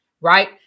right